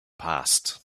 passed